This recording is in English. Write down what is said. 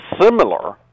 similar